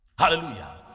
hallelujah